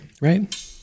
Right